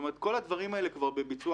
כל הדברים האלה כבר בביצוע.